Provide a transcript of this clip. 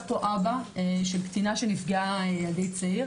פה אבא של קטינה שנפגעה על ידי צעיר